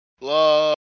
love